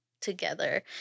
together